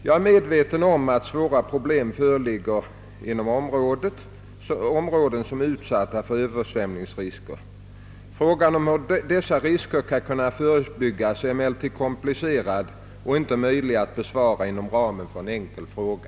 Jag är medveten om att svåra problem föreligger inom de områden, som är utsatta för översvämningsrisker. Frågan om hur dessa risker skall kunna förebyggas är mycket komplicerad och är inte möjlig att besvara inom ramen för en enkel fråga.